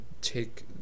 take